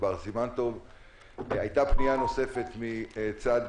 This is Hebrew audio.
הייתה פנייה נוספת מצד